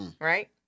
Right